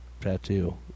tattoo